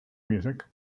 music